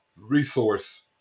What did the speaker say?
resource